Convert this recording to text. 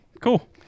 Cool